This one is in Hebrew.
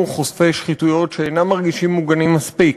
חושפי שחיתויות שאינם מרגישים מוגנים מספיק,